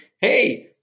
hey